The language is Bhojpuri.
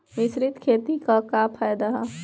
मिश्रित खेती क का फायदा ह?